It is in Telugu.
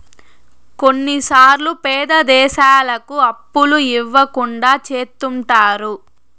కొన్నిసార్లు పేద దేశాలకు అప్పులు ఇవ్వకుండా చెత్తుంటారు